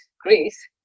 Greece